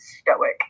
stoic